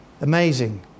Amazing